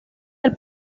del